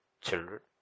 children